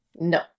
No